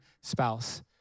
spouse